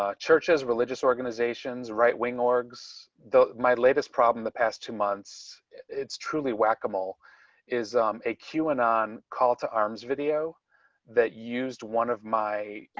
ah churches religious organizations right wing orgs though my latest problem. the past two months it's truly whack a mole is a queue and on call to arms video that used one of my